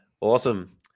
awesome